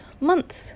month